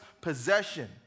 possession